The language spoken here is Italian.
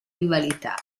rivalità